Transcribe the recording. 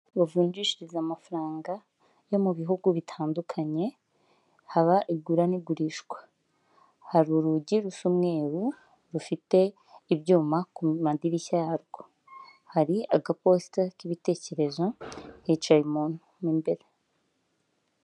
Aho bavunjishiriza amafaranga yo mu bihugu bitandukanye haba igura n'igurishwa. Hari urugi rusa umweru rufite ibyuma ku madirishya yarwo. Hari agaposita k'ibitekerezo hicaye umuntu imbere.